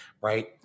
right